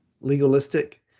Legalistic